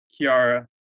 kiara